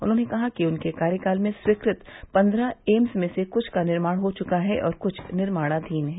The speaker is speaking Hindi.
उन्होंने कहा कि उनके कार्यकाल में स्वीकृत पन्द्रह एम्स में से कृष्ठ का निर्माण हो चुका है और कृष्ठ निर्माणाधीन हैं